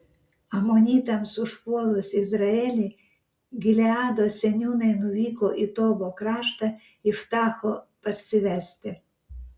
amonitams užpuolus izraelį gileado seniūnai nuvyko į tobo kraštą iftacho parsivesti